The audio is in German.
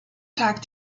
tag